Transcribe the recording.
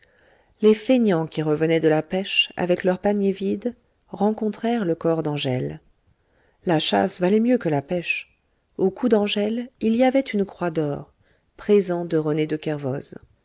les fainéants qui revenaient de la pêche avec leurs paniers vides rencontrèrent le corps d'angèle la chasse valait mieux que la pêche au cou d'angèle il y avait une croix d'or présent de rené de